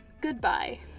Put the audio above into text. Goodbye